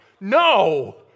No